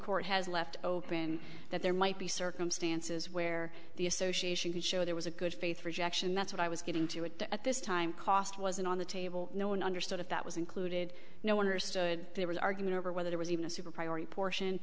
court has left open that there might be circumstances where the association could show there was a good faith rejection that's what i was getting to it to at this time cost wasn't on the table no one understood if that was included no one or stood there was an argument over whether there was even a super priority portion